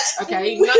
Okay